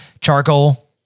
Charcoal